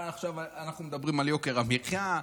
אנחנו מדברים עכשיו על יוקר המחיה,